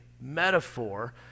metaphor